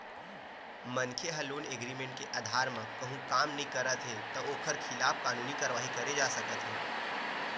मनखे ह loan agreement के अधार म कहूँ काम नइ करत हे त ओखर खिलाफ कानूनी कारवाही करे जा सकत हे